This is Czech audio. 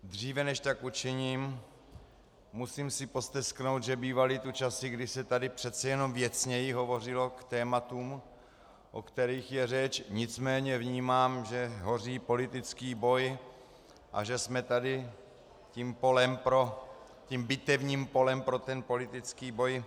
Dříve než tak učiním, musím si postesknout, že bývaly časy, kdy se tady přece jen věcněji hovořilo k tématům, o kterých je řeč, nicméně vnímám, že hoří politický boj a že jsme tady tím bitevním polem pro ten politický boj.